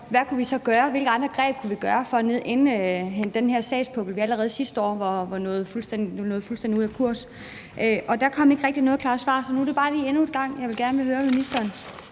hvilke andre greb vi kunne bruge for at afvikle den her sagspukkel, som allerede sidste år var kommet fuldstændig ud af kurs, og der kom ikke rigtig noget klart svar. Så nu er det bare lige endnu en gang, jeg gerne vil høre ministeren: